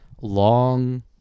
long